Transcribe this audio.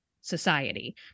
society